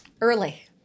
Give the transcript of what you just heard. early